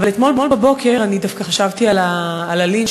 אבל אתמול בבוקר אני דווקא חשבתי על הלינץ'